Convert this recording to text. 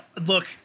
look